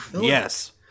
yes